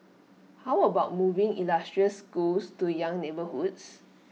how about moving illustrious schools to young neighbourhoods